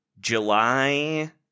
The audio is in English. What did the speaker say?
July